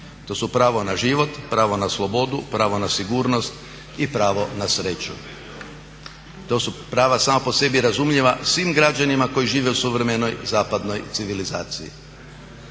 To su pravo na život, pravo na slobodu, pravo na sigurnost i pravo na sreću. To su prava sama po sebi razumljiva svim građanima koji žive u suvremenoj zapadnoj civilizaciji.